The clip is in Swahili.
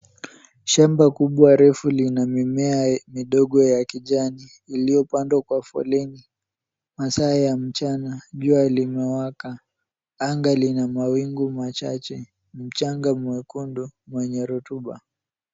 Shamba kubwa refu lina mimea midogo ya kijani iliyopandwa kwa foleni. Masaa ya mchana, jua limewaka. Anga lina mawingu machache. Mchanga mwekundu wenye rotuba.